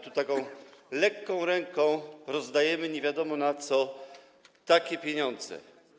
Tu lekką ręką rozdajemy nie wiadomo na co takie pieniądze.